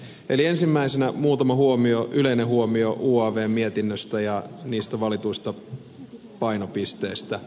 ensimmäisenä muutama yleinen huomio uavn mietinnöstä ja niistä valituista painopisteistä